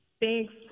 Thanks